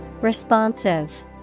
Responsive